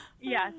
Yes